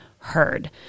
heard